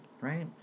right